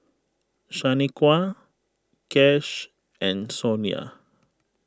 Shanequa Kash and Sonya